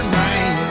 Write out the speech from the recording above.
rain